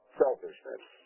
selfishness